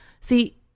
See